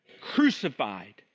crucified